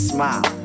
Smile